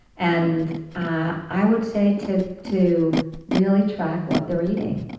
and i i would say to to really track what they're eating,